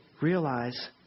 realize